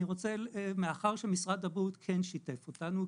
מאחר ומשרד הבריאות כן שיתף אותנו,